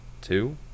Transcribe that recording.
two